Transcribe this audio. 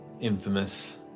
infamous